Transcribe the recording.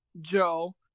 Joe